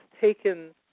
taken